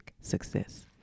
success